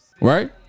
Right